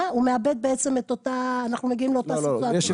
הוא מאבד אנחנו מגיעים לאותה סיטואציה.